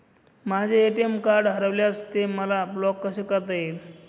माझे ATM card हरविल्यास ते मला ब्लॉक कसे करता येईल?